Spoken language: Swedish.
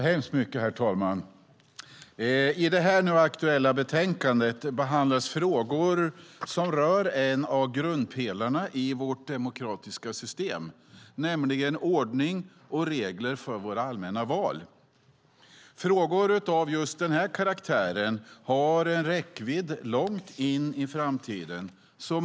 Herr talman! I det aktuella betänkandet behandlas frågor som rör en av grundpelarna i vårt demokratiska system, nämligen ordning och regler för våra allmänna val. Frågor av den här karaktären har en räckvidd långt in i framtiden.